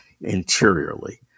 interiorly